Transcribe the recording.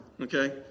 okay